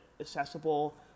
accessible